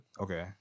Okay